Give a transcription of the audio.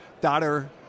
daughter